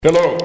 Hello